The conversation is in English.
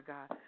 God